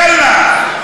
יאללה.